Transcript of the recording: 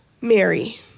Mary